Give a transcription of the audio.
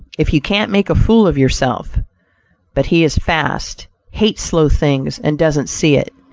if you can't make a fool of yourself but he is fast, hates slow things, and doesn't see it.